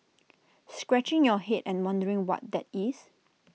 scratching your Head and wondering what that is